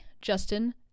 Justin